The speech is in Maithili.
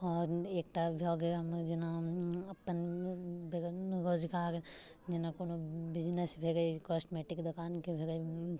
आओर एकटा भऽ गेल हमर जेना अपन बैगन रोजगार जेना कोनो बिजनेस भेलै कॉस्मेटिक दोकानके भए गेलै